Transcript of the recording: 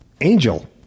angel